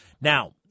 Now